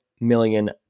million